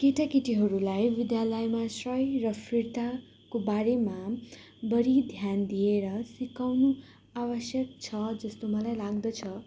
केटाकेटीहरूलाई विद्यालयमा सही र फिर्ताको बारेमा बढी ध्यान दिएर सिकाउनु आवश्यक छ जस्तो मलाई लाग्दछ